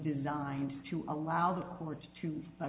designed to allow the courts to